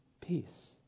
peace